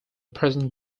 present